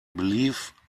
believe